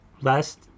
last